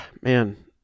man